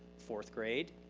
fourth grade,